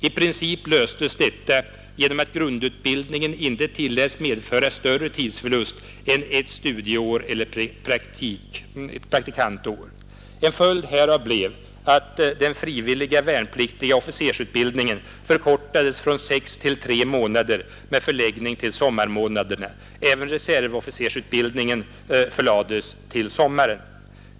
I princip löstes detta genom att grundutbildningen inte tilläts medföra större tidsförlust än ett studieeller praktikantår. En följd härav blev att den frivilliga värnpliktiga officersutbildningen förkortades från sex till tre månader med förläggning till sommarmånaderna. Även reservofficersutbildningen förlades till sommaren.